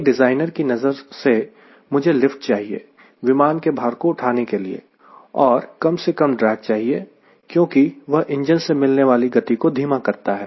एक डिज़ाइनर की नजर से मुझे लिफ्ट चाहिए विमान के भार को उठाने के लिए और कम से कम ड्रेग चाहिए क्योंकि वह इंजन से मिलने वाली गति को धीमा करता है